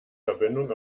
verbindung